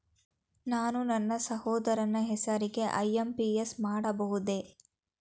ನಾನು ನನ್ನ ಸಹೋದರನ ಹೆಸರಿಗೆ ಐ.ಎಂ.ಪಿ.ಎಸ್ ಮಾಡಬಹುದೇ?